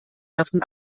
davon